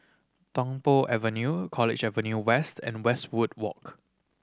Tung Po Avenue College Avenue West and Westwood Walk